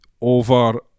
over